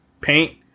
paint